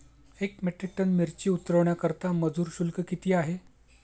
एक metric tonne मिरची उतरवण्याकरता मजूर शुल्क किती आहे?